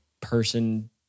person